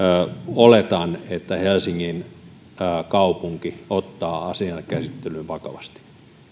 oletan että helsingin kaupunki ottaa asian käsittelyn vakavasti